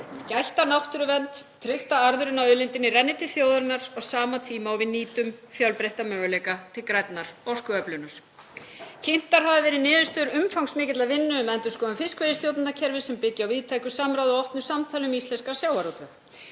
gætt að náttúruvernd, tryggt að arðurinn af auðlindinni renni til þjóðarinnar á sama tíma og við nýtum fjölbreytta möguleika til grænnar orkuöflunar. Kynntar hafa verið niðurstöður umfangsmikillar vinnu um endurskoðun fiskveiðistjórnarkerfisins sem byggja á víðtæku samráði og opnu samtali um íslenskan sjávarútveg.